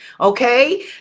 okay